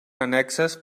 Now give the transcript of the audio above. annexes